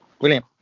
William